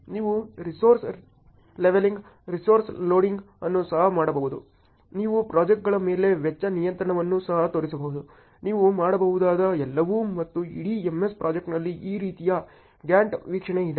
ನೀವು resource levelling resource loading ಅನ್ನು ಸಹ ಮಾಡಬಹುದು ನೀವು ಪ್ರಾಜೆಕ್ಟ್ಗಳ ಮೇಲೆ ವೆಚ್ಚ ನಿಯಂತ್ರಣವನ್ನು ಸಹ ತೋರಿಸಬಹುದು ನೀವು ಮಾಡಬಹುದಾದ ಎಲ್ಲವೂ ಮತ್ತು ಇಡೀ MS ಪ್ರಾಜೆಕ್ಟ್ನಲ್ಲಿ ಈ ರೀತಿಯ ಗ್ಯಾಂಟ್ ವೀಕ್ಷಣೆ ಇದೆ